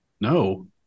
no